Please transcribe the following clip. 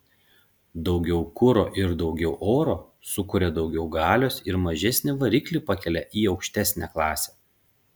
daugiau kuro ir daugiau oro sukuria daugiau galios ir mažesnį variklį pakelia į aukštesnę klasę